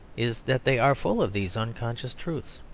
is that they are full of these unconscious truths.